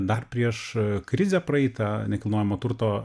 dar prieš krizę praeitą nekilnojamo turto